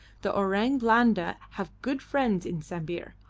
the orang blanda have good friends in sambir,